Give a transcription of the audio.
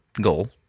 goal